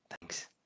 thanks